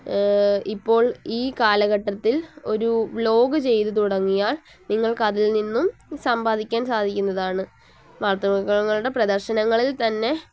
ഇപ്പോൾ ഈ കാലഘട്ടത്തിൽ ഒരു വ്ലോഗ് ചെയ്തു തുടങ്ങിയാൽ നിങ്ങൾക്കതിൽ നിന്നും സമ്പാദിക്കാൻ സാധിക്കുന്നതാണ് വളർത്തു മൃഗങ്ങളുടെ പ്രദർശനങ്ങളിൽ തന്നെ